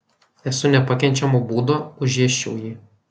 esu nepakenčiamo būdo užėsčiau jį